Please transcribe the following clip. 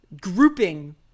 grouping